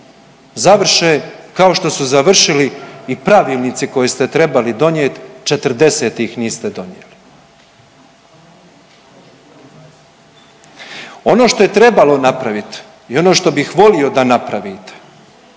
završe kao što su završili i pravilnici koje ste trebali donijeti, 40 ih niste donijeli. Ono što je trebalo napraviti i ono što bih volio da napravite